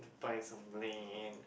buy some land